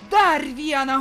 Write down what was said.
dar vieną